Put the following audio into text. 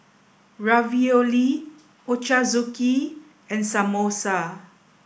Ravioli Ochazuke and Samosa